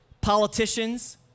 politicians